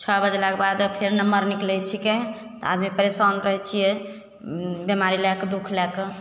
छओ बजलाके बाद फेर नम्बर निकलै छिकै आदमी परेशान रहै छिए बेमारी लैके दुख लैके